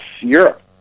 Europe